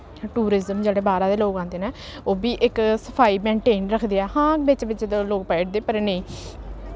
tourism जेह्ड़े बाह्रा दे लोक औंदे न ओह् बी इक सफाई मेनटेन रखदे ऐ हां बिच्च बिच्च ते लोक पाई ओड़दे पर नेईं